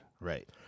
Right